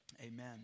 Amen